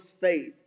faith